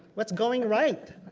what's going right?